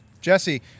Jesse